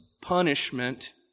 punishment